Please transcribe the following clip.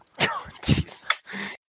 jeez